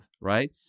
right